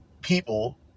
people